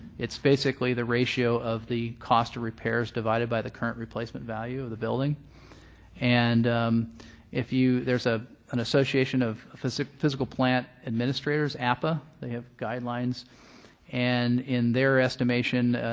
it's basically the ratio of the cost of repairs divided by the current replacement value of the building and if you there's ah an association of physical physical plant administrators, appa. they have guidelines and in their estimation,